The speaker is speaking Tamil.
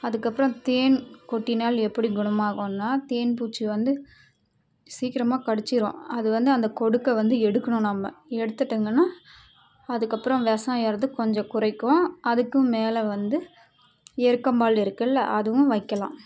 அதுக்கப்புறம் தேன் கொட்டினால் எப்படி குணமாகும்னா தேன் பூச்சி வந்து சீக்கிரமாக கடிச்சிரும் அதுவந்து அந்தக் கொடுக்க வந்து எடுக்கணும் நம்ம எடுத்துட்டுங்கன்னா அதுக்கப்புறம் வெஷம் ஏறுறது கொஞ்சம் குறைக்கும் அதுக்கும் மேலே வந்து எருக்கம்பால் இருக்குதுல்ல அதுவும் வைக்கலாம்